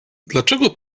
dlaczego